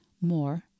more